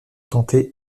tenter